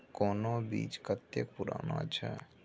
कोनो बीज कतेक पुरान अछि?